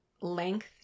length